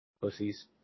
pussies